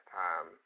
time